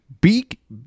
beak